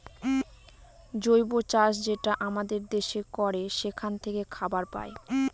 জৈব চাষ যেটা আমাদের দেশে করে সেখান থাকে খাবার পায়